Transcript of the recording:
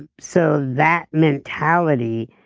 and so that mentality